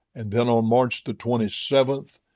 and then on march the twenty seventh,